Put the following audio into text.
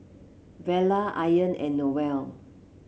Vella Ayaan and Noel